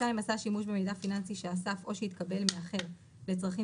עשה שימוש במידע פיננסי שאסף או שהתקבל מאחר לצרכים